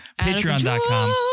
Patreon.com